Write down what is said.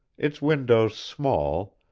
its windows small,